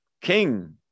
King